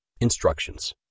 Instructions